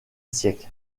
siècle